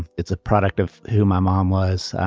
it's a product of who my mom was.